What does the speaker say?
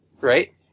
right